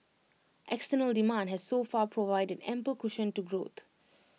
external demand has so far provided ample cushion to growth